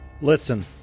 listen